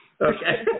Okay